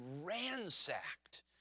ransacked